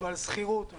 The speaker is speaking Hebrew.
ועל שכירות,